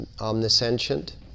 omniscient